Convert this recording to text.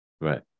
Right